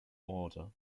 order